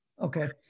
okay